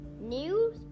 News